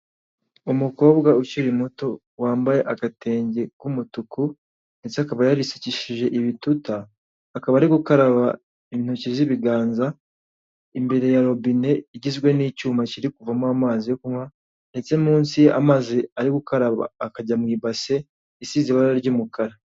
Umukobwa ukiri muto wambaye agatenge k'umutuku ndetse akaba yarisukishije ibituta, akaba ari gukaraba intoki z'ibiganza imbere ya robine igizwe n'icyuma kiri kuvamo amazi yo kunywa ndetse munsi amazi ari gukaraba akajya mu ibase isize ibara ry'umukara.